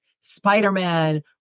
Spider-Man